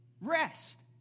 Rest